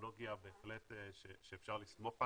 הטכנולוגיה שבהחלט אפשר לסמוך עליה.